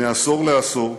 מעשור לעשור,